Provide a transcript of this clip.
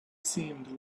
seemed